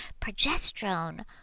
Progesterone